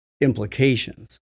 implications